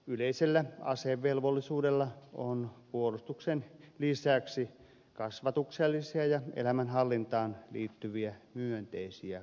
yleisellä asevelvollisuudella on puolustuksen lisäksi kasvatuksellisia ja elämänhallintaan liittyviä myönteisiä puolia